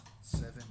seven